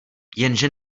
jenže